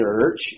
church